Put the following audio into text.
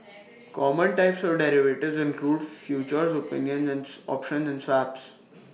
common types of derivatives include futures opinion and options and swaps